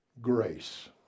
Grace